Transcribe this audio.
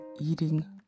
eating